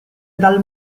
dal